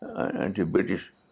Anti-British